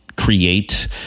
create